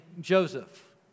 Joseph